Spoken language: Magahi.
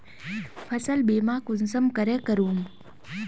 फसल बीमा कुंसम करे करूम?